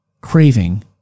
craving